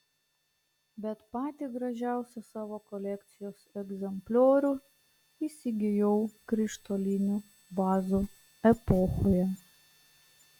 bet patį gražiausią savo kolekcijos egzempliorių įsigijau krištolinių vazų epochoje